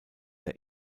der